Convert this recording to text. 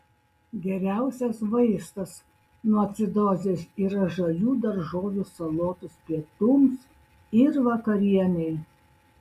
geriausias vaistas nuo acidozės yra žalių daržovių salotos pietums ir vakarienei